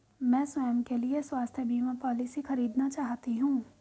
मैं स्वयं के लिए स्वास्थ्य बीमा पॉलिसी खरीदना चाहती हूं